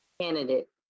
candidate